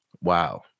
Wow